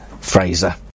fraser